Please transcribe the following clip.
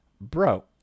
Bro